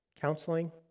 counseling